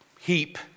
heap